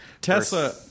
Tesla